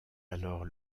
alors